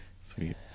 Sweet